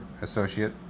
associate